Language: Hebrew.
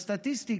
בסטטיסטיקה.